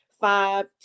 five